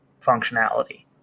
functionality